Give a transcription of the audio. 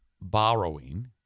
borrowing